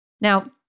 Now